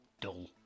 dull